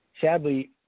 Sadly